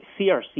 CRC